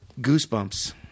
Goosebumps